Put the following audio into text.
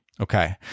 Okay